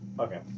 Okay